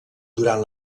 durant